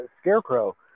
Scarecrow